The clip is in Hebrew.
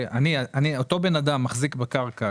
אותו בן אדם מחזיק בקרקע,